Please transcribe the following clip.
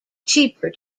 cheaper